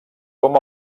com